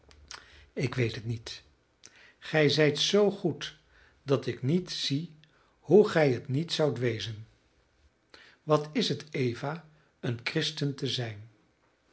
ik weet het niet gij zijt zoo goed dat ik niet zie hoe gij het niet zoudt wezen wat is het eva een christen te zijn